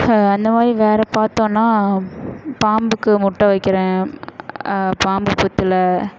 அந்த மாதிரி வேறு பார்த்தோன்னா பாம்புக்கு முட்டை வைக்கிறேன் பாம்பு புற்றுல